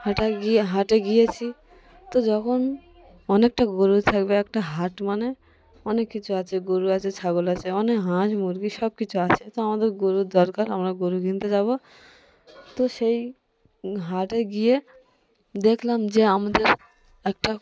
হাটে গিয়ে হাটে গিয়েছি তো যখন অনেকটা গরু থাকবে একটা হাট মানে অনেক কিছু আছে গরু আছে ছাগল আছে অনেক হাঁস মুরগি সব কিছু আছে তো আমাদের গরুর দরকার আমরা গরু কিনতে যাব তো সেই হাটে গিয়ে দেখলাম যে আমাদের একটা